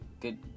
good